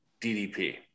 ddp